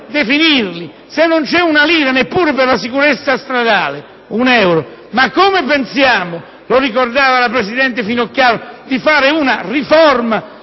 definirli. Se non c'è un euro neppure per la sicurezza stradale, come possiamo pensare - lo ricordava la presidente Finocchiaro - di fare una riforma